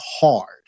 hard